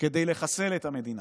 כדי לחסל את המדינה.